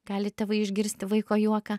gali tėvai išgirsti vaiko juoką